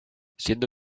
siendo